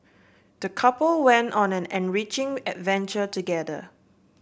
the couple went on an enriching adventure together